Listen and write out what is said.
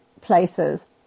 places